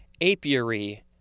apiary